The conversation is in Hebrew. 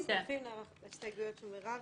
גם רוצים להצטרף להסתייגויות של מירב